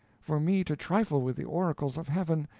for me to trifle with the oracles of heaven,